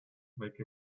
make